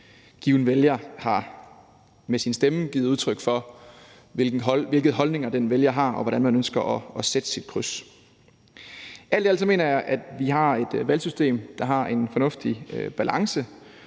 given vælger med sin stemme har givet udtryk for, hvilke holdninger denne vælger har, og hvordan man ønsker at sætte sit kryds. Alt i alt mener jeg, at vi har et valgsystem, der har en fornuftig balance,